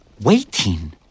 Waiting